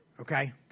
okay